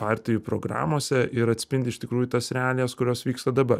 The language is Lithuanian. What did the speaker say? partijų programose ir atspindi iš tikrųjų tas realijas kurios vyksta dabar